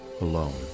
alone